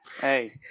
Hey